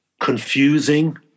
confusing